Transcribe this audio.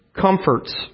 comforts